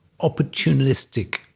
opportunistic